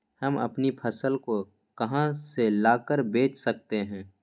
हम अपनी फसल को कहां ले जाकर बेच सकते हैं?